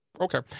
Okay